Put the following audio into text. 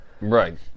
Right